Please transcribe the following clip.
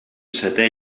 setè